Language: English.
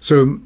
so